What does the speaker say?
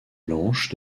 blanches